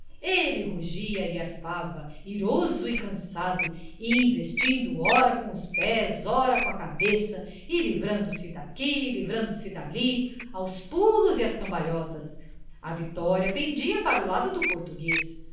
ele rugia e arfava iroso e cansado investindo ora com os pés ora com a cabeça e livrando se daqui livrando se dali aos pulos e às cambalhotas a vitória pendia para o lado do português